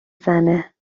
زنه